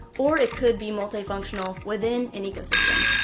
or it could be multifunctional within an ecosystem.